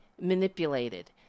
manipulated